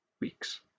weeks